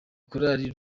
karoli